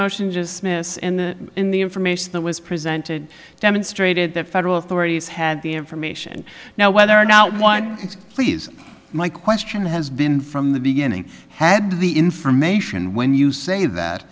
motion just miss in the information that was presented demonstrated that federal authorities had the information now whether or not one please my question has been from the beginning had the information when you say that